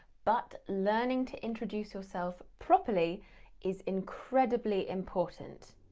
but learning to introduce yourself properly is incredibly important.